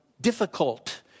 difficult